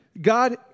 God